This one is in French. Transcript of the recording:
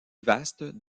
vaste